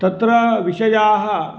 तत्र विषयाः